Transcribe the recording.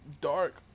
dark